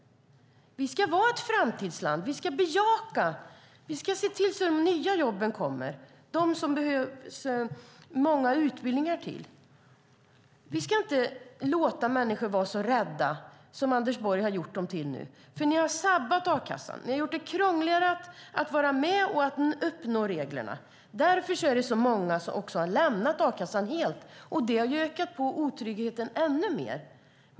Vi ska vara ett framtidsland och se till att de nya jobben, som det behövs många utbildningar till, kommer. Vi ska inte låta människor vara så rädda som Anders Borg har gjort dem. Ni har sabbat a-kassan, ni har gjort det krångligare att vara med och att uppnå kraven. Därför har så många lämnat a-kassan, vilket ökar på otryggheten ännu mer.